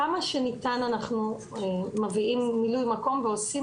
כמה שניתן אנחנו מביאים מילוי מקום ועושים